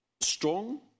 strong